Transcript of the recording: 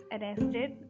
arrested